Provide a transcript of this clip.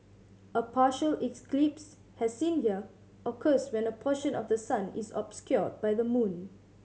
a partial as seen here occurs when a portion of the sun is obscured by the moon